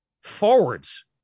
forwards